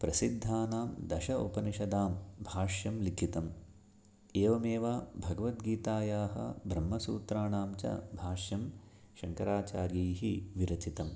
प्रसिद्धानां दश उपनिषदां भाष्यं लिखितम् एवमेव भगवद्गीतायाः ब्रह्मसूत्राणां च भाष्यं शङ्कराचार्यैः विरचितं